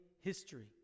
history